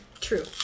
True